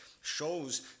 shows